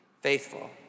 faithful